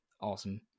Awesome